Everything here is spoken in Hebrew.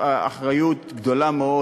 אחריות גדולה מאוד,